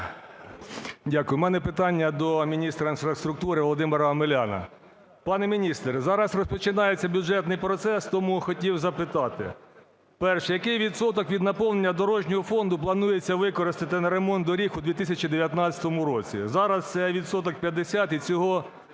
Дякую. В мене питання до Міністра інфраструктури Володимира Омеляна. Пане міністр, зараз розпочинається бюджетний процес, тому хотів запитати: перше: який відсоток від наповнення Дорожнього фонду планується використати на ремонт доріг у 2019-у році? Зараз – це відсоток 50, і цього,